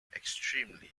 extremely